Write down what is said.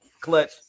Clutch